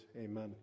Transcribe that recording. Amen